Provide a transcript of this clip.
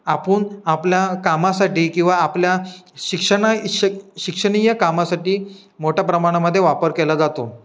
आपण आपल्या कामासाठी किंवा आपल्या शिक्षणाय शिक्षणीय कामासाठी मोठ्या प्रमाणामध्ये वापर केला जातो